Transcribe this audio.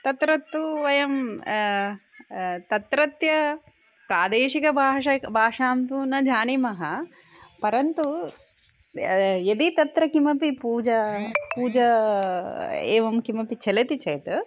तत्र तु वयं तत्रत्यां प्रादेशिकभाषां भाषां तु न जानीमः परन्तु यदि तत्र कापि पूजा पूजा एवं कापि प्रचलति चेत्